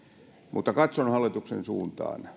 mutta katson hallituksen suuntaan